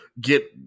get